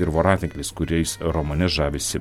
ir voratinkliais kuriais romane žavisi